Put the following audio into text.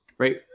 Right